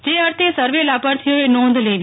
જે અર્થે સર્વે લાભાર્થીઓએ નોંધ લેવી